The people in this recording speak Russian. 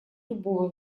любого